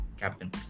captain